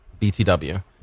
BTW